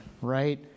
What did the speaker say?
right